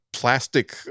Plastic